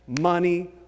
money